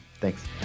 Thanks